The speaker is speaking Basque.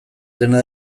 dena